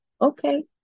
okay